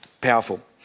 powerful